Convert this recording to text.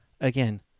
again